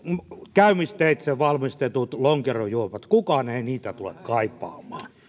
käymisteitse valmistetut lonkerojuomat kukaan ei niitä tule kaipaamaan